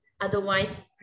otherwise